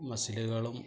മസിലുകളും